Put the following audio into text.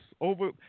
over